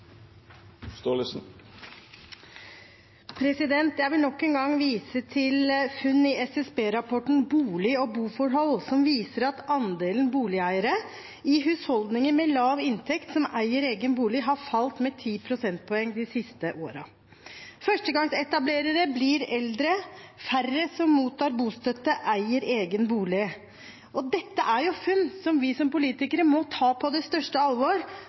Jeg vil nok en gang vise til funn i SSB-rapporten Bolig og boforhold, som viser at andelen boligeiere i husholdninger med lav inntekt har falt med ti prosentpoeng de siste årene. Førstegangsetablererne blir eldre, og det er færre som mottar bostøtte som eier egen bolig. Dette er funn som vi som politikere må ta på det største alvor.